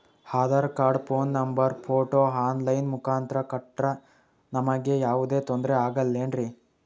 Aadhaar card, phone number, photo online ಮುಖಾಂತ್ರ ಕೊಟ್ರ ನಮಗೆ ಯಾವುದೇ ತೊಂದ್ರೆ ಆಗಲೇನ್ರಿ?